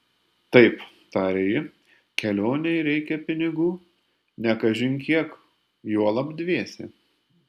taip tarė ji kelionei reikia pinigų ne kažin kiek juolab dviese